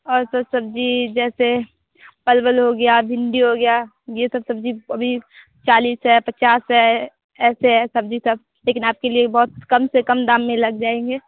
और सब सब्ज़ी जैसे परवल हो गया भिंडी हो गया यह सब सब्ज़ी अभी चालीस है पचास है ऐसे है सब्ज़ी सब लेकिन आपके लिए बहुत कम से कम दाम में लग जाएँगे